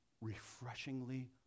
refreshingly